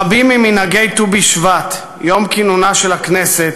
רבים ממנהגי ט"ו בשבט, יום כינונה של הכנסת,